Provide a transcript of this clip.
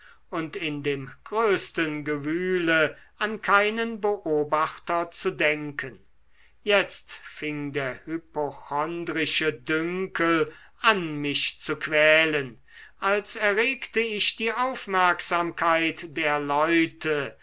und in dem größten gewühle an keinen beobachter zu denken jetzt fing der hypochondrische dünkel an mich zu quälen als erregte ich die aufmerksamkeit der leute